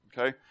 Okay